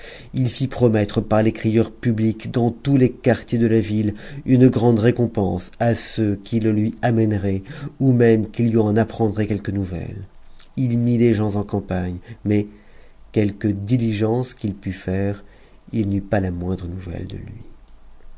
h fit promettre par les crieurs publics dans tous les quartiers de la ville une grande récompense à ceux qui le lui amèneraient ou même qui lui en apprendraient quelque nouvelle ï mit des gens en campagne mais quelque diligence u'i pût faire il n'eut pas la moindre nouvelle de lui